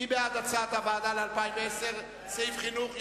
מי בעד הצעת הוועדה ל-2010, סעיף חינוך?